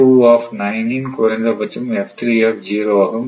இன் குறைந்த பட்சம் ஆகும்